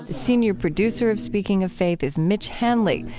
senior producer of speaking of faith is mitch hanley,